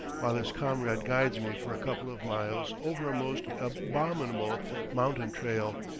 while his comrade guides me for a couple of miles over a most abominable mountain-trail,